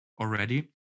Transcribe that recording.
already